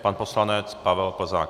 Pan poslanec Pavel Plzák.